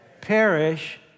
perish